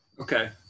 okay